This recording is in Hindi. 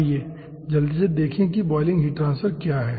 आइए जल्दी से देखें कि बॉयलिंग हीट ट्रांसफर क्या है